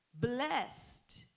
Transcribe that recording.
Blessed